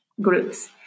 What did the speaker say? groups